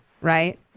Right